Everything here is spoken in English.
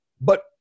but-